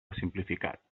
simplificat